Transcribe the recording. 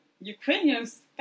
Ukrainians